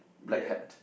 yes